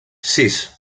sis